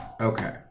Okay